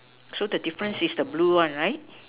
so the difference is the blue one right